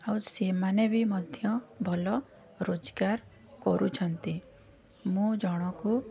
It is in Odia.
ଆଉ ସେମାନେ ବି ମଧ୍ୟ ଭଲ ରୋଜଗାର କରୁଛନ୍ତି ମୁଁ ଜଣକୁ